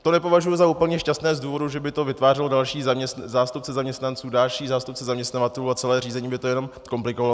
To nepovažuji za úplně šťastné z důvodu, že by to vytvářelo další zástupce zaměstnanců, další zástupce zaměstnavatelů a celé řízení by to jenom komplikovalo.